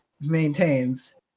maintains